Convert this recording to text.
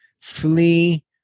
flee